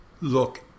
look